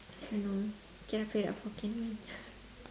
I don't know get a plate of hokkien mee